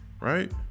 Right